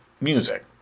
music